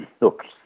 look